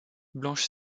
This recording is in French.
blanche